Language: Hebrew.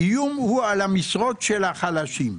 האיום הוא על המשרות של החלשים.